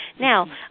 now